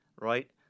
right